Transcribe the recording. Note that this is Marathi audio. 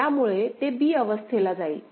त्यामुळे ते b अवस्थेला जाईल